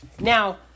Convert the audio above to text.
Now